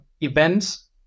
events